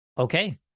Okay